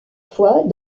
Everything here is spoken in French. fois